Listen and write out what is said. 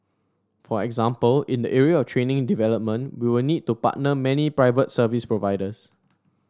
for example in the area of training development we will need to partner many private service providers